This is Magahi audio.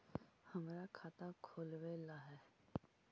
हमरा खाता खोलाबे ला है?